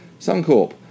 Suncorp